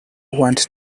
want